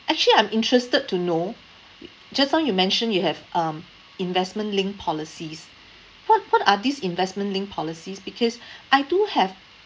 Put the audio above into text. actually I'm interested to know just now you mentioned you have um investment linked policies what what are these investment linked policies because I do have